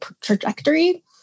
trajectory